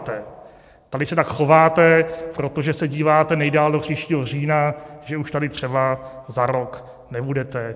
Tady se tak chováte, protože se díváte nejdál do příštího října, že už tady třeba za rok nebudete.